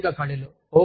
భౌతిక ఖాళీలు